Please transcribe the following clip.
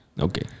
Okay